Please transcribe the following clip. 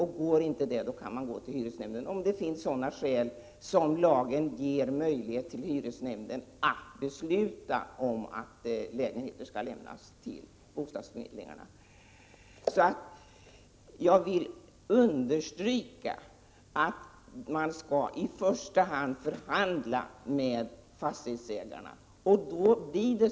Lyckas inte detta kan man gå till hyresnämnden, som bedömer om det finns sådana skäl att hyresnämnden kan besluta att lägenheter skall lämnas till bostadsförmedlingarna. Jag vill understryka att man i första hand skall förhandla med fastighetsägarna.